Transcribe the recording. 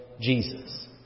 Jesus